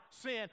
sin